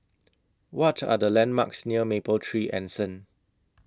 What Are The landmarks near Mapletree Anson